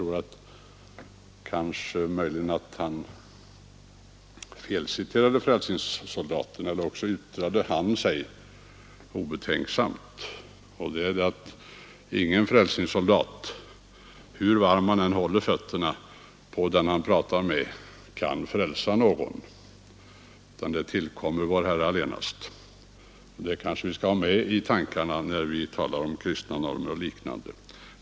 Kanske herr Takman felciterade frälsningssoldaten eller också yttrade denne sig obetänksamt. Ingen frälsningssoldat, hur varma han än håller fötterna på den han pratar med, kan frälsa någon, utan det tillkommer vår Herre allenast. Det kanske vi skall ha med i tankarna, när vi talar om kristna normer och liknande.